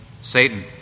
Satan